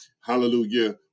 hallelujah